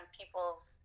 people's